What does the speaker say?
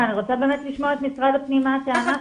אבל אני רוצה באמת את משרד הפנים מה הטענה שלהם.